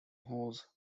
hose